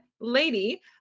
lady